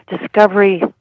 discovery